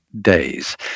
days